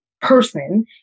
person